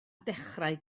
dechrau